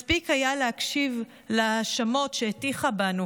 מספיק היה להקשיב להאשמות שהטיחה בנו